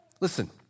Listen